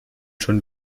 schon